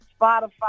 Spotify